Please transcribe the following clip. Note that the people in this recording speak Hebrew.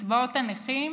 קצבאות הנכים